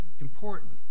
important